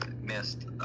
missed